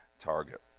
target